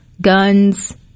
guns